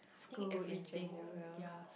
school in general